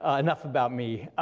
ah enough about me.